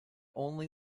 only